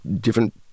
different